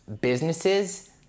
businesses